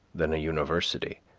than a university